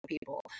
people